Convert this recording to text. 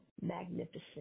magnificent